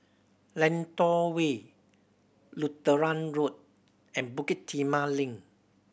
Lentor Way Lutheran Road and Bukit Timah Link